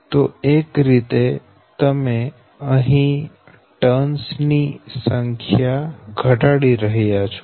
તો એક રીતે તમે અહી ટર્ન્સ ની સંખ્યા ઘટાડી રહ્યા છો